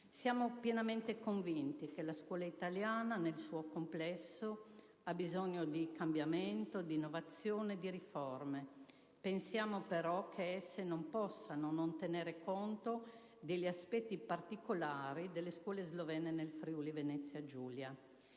Siamo pienamente convinti che la scuola italiana nel suo complesso abbia bisogno di cambiamento, di innovazione e di riforme; pensiamo però che esse non possano non tenere conto degli aspetti particolari delle scuole slovene nel Friuli-Venezia Giulia: